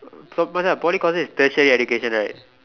so Macha Poly courses is tertiary education right